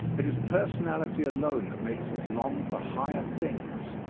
it is personality alone that makes us long for higher things.